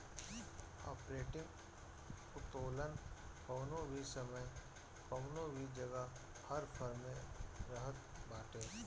operating उत्तोलन कवनो भी समय कवनो भी जगह हर फर्म में रहत बाटे